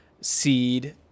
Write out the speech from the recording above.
seed